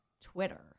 Twitter